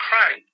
crying